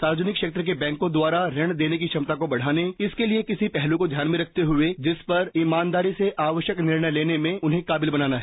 सार्वजनिक क्षेत्र के बैंकों द्वारा ऋण देने की क्षमता को बढ़ाने इसके लिए किसी पहलू को ध्यान में रखते हुए जिस पर ईमानदारी से आवश्यक निर्णय लेने में उन्हें काबिल बनाना है